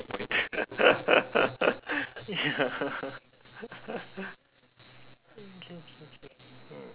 point yeah K K K